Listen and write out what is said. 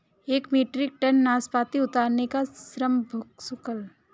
एक metric ton नाशपाती उतारने का श्रम शुल्क कितना होगा?